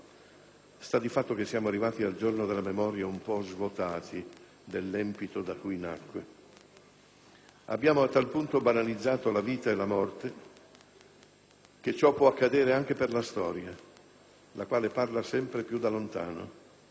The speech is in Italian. sta di fatto che siamo arrivati al Giorno della Memoria un po' svuotati dell'empito da cui nacque. Abbiamo a tal punto banalizzato la vita e la morte che ciò può accadere anche per la storia, la quale parla sempre più da lontano.